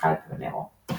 סקייפ ונרו.